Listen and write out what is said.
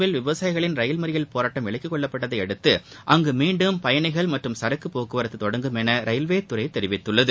பஞ்சாபில் விவசாயிகளின் ரயில் மறியல் போராட்டம் விலக்கிக் கொள்ளப்பட்டதையடுத்து அங்கு மீண்டும் பயணிகள் மற்றும் சரக்கு போக்குவரத்து தொடங்கும் என ரயில்வேதுறை தெரிவித்துள்ளது